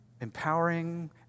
empowering